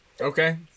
Okay